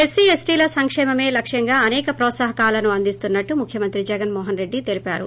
SC ఎస్లీల సంకేమమే లక్ష్యంగా అసేక ప్రోత్సాహకాలను అందిస్తున్నట్లు ముఖ్యమంత్రి జగన్మోహన్ రెడ్డి తెలిపారు